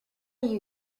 you